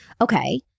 Okay